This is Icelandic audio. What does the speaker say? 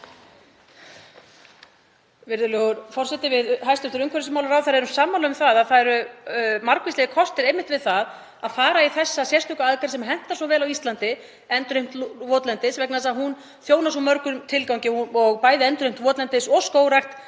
Virðulegur forseti. Við hæstv. umhverfisráðherra erum sammála um að það eru margvíslegir kostir einmitt við það að fara í þessa sérstöku aðgerð sem hentar svo vel á Íslandi, endurheimt votlendis, vegna þess að hún þjónar svo mörgum tilgangi og bæði endurheimt votlendis og skógrækt